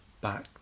back